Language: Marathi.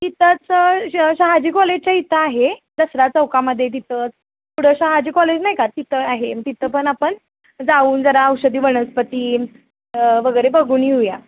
तिथंच श शहाजी कॉलेजच्या इथं आहे दसरा चौकामध्ये तिथंच पुढं शहाजी कॉलेज नाही का तिथं आहे तिथं पण आपण जाऊन जरा औषधी वनस्पती वगैरे बघून येऊया